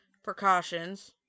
precautions